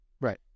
right